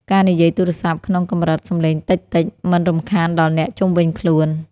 ការនិយាយទូរស័ព្ទក្នុងកម្រិតសំឡេងតិចៗ មិនរំខានដល់អ្នកជុំវិញខ្លួន។